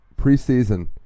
preseason